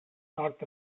north